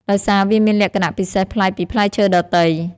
ដោយសារវាមានលក្ខណៈពិសេសប្លែកពីផ្លែឈើដទៃ។